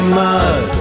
mud